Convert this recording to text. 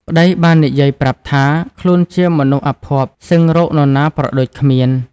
ប្ដីបាននិយាយប្រាប់ថា ខ្លួនជាមនុស្សអភ័ព្វសឹងរកនរណាប្រដូចគ្មាន។